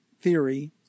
theory